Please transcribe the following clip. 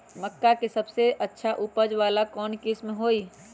मक्का के सबसे अच्छा उपज वाला कौन किस्म होई?